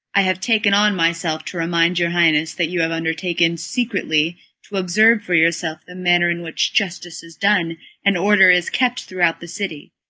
i have taken on myself to remind your highness that you have undertaken secretly to observe for yourself the manner in which justice is done and order is kept throughout the city.